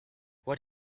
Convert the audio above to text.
what